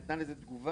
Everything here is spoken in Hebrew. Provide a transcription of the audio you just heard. היא נתנה לזה תגובה,